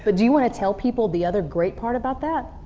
but do you want to tell people the other great part about that?